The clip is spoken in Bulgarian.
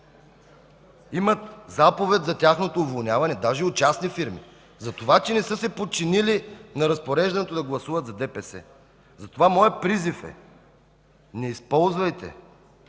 имат заповед за тяхното уволняване, даже от частни фирми, за това, че не са се подчинили на разпореждането да гласуват за ДПС. Затова моят призив е: не използвайте